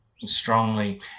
Strongly